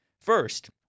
First